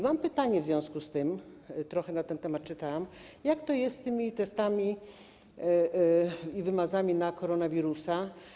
Mam pytanie w związku z tym, bo trochę na ten temat czytałam: Jak to jest z tymi testami i wymazami w przypadku koronawirusa?